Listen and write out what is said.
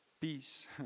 peace